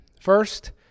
First